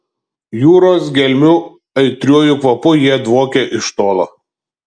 jūros gelmių aitriuoju kvapu jie dvokia iš tolo